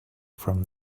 from